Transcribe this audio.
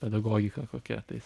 pedagogika kokia tai